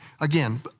again